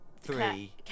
three